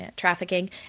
trafficking